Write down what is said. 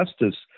justice